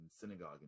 synagogue